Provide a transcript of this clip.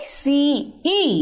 Ice